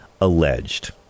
alleged